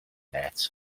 het